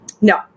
No